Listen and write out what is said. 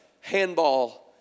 handball